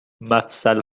مفصل